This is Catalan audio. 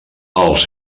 els